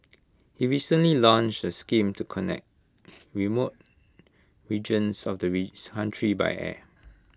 he recently launched A scheme to connect remote regions of the country by air